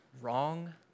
wrong